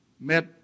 met